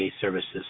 services